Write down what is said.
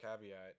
caveat